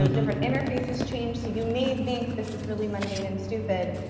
so different interfaces change. so you may think this is really mundane and stupid,